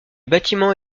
bâtiments